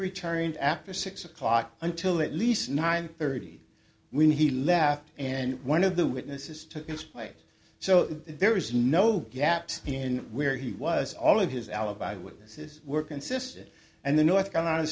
returned after six o'clock until at least nine thirty when he left and one of the witnesses took his place so there is no gaps in where he was all of his alibi witnesses were consistent and the north carolina